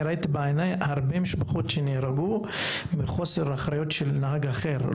ראיתי בעיניים הרבה משפחות שנהרגו מחוסר אחריות של נהג אחר,